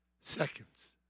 seconds